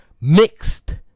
mixed